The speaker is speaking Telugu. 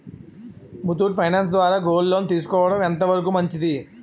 ముత్తూట్ ఫైనాన్స్ ద్వారా గోల్డ్ లోన్ తీసుకోవడం ఎంత వరకు మంచిది?